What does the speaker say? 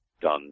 done